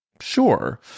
Sure